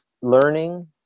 learning